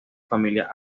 familia